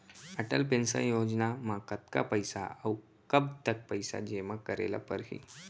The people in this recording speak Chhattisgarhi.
अटल पेंशन योजना म कतका पइसा, अऊ कब तक पइसा जेमा करे ल परही?